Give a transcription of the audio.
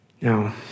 Now